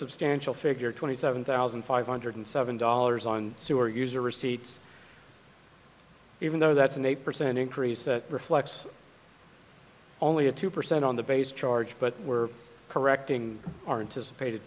substantial figure twenty seven thousand five hundred seven dollars on sewer user receipts even though that's an eight percent increase that reflects only a two percent on the base charge but we're correcting aren't as